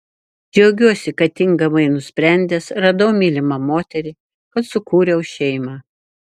džiaugiuosi kad tinkamai nusprendęs radau mylimą moterį kad sukūriau šeimą